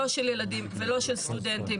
לא של ילדים ולא של סטודנטים.